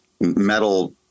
Metal